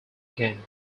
gang